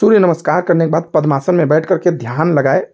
सूर्य नमस्कार करने के बाद पद्मासन में बैठकर के ध्यान लगाएँ